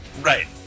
Right